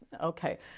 Okay